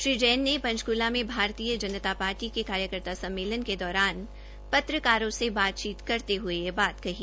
श्री जैन ने पंचक्ला में भारतीय जनता पार्टी के कार्यकर्ता सम्मेलन के दौरान पत्रकारों से बातचीत करते हए कही